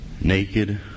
naked